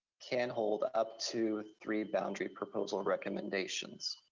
can hold up to three boundary proposal and recommendations.